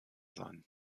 sein